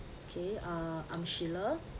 okay uh I'm sheila